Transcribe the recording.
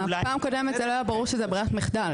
הפעם הקודמת זה לא היה ברור שזה ברירת מחדל.